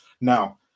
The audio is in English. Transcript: Now